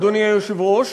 אדוני היושב-ראש,